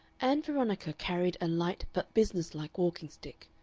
ann veronica carried a light but business-like walking-stick.